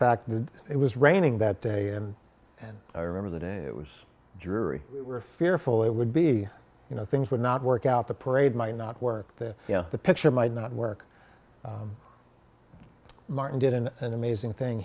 fact it was raining that day in and i remember the day it was jury were fearful it would be you know things would not work out the parade might not work there the picture might not work martin did in an amazing thing